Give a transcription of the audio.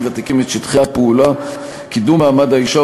ותיקים את שטחי הפעולה: קידום מעמד האישה,